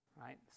Right